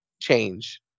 change